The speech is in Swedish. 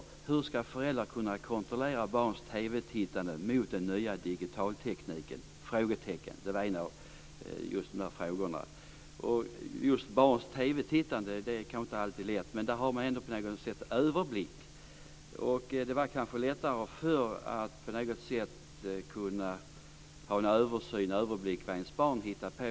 Där skulle diskuteras hur föräldrar ska kunna kontrollera barns TV-tittande mot den nya digitaltekniken. Just barns TV-tittande är inte alltid en lätt fråga. Men där har man ändå en viss överblick. Det var kanske lättare förr att ha överblick över vad ens barn hittade på.